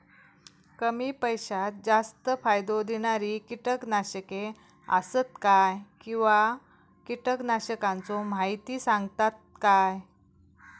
कमी पैशात जास्त फायदो दिणारी किटकनाशके आसत काय किंवा कीटकनाशकाचो माहिती सांगतात काय?